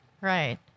Right